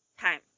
time